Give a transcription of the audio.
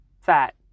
fat